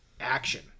action